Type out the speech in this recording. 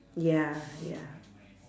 ya ya